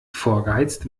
vorgeheizt